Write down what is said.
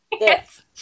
Yes